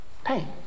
Pain